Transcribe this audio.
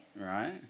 Right